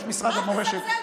יש משרד מורשת,